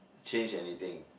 change anything